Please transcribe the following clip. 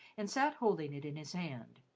and sat holding it in his hand.